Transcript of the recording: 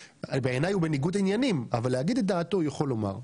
בעיניי הוא בניגוד עניינים אבל הוא יכול לומר את דעתו.